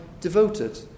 devoted